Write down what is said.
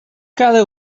cada